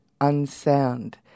Unsound